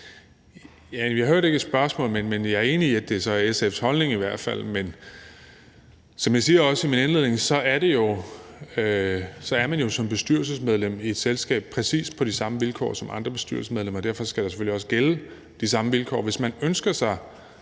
Jeg hørte ikke et spørgsmål, men jeg er enig i, at det så i hvert fald er SF's holdning. Men som jeg også sagde i min indledning, er man jo bestyrelsesmedlem i et selskab præcis på de samme vilkår som andre bestyrelsesmedlemmer, og derfor skal der selvfølgelig også gælde de samme vilkår.